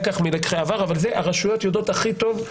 זה הרשויות יודעות הכי טוב.